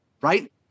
Right